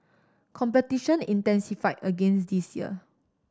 competition intensify agains this year